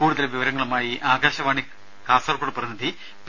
കൂടുതൽ വിവരങ്ങളുമായി ആകാശവാണി കാസർകോട് പ്രതിനിധി പി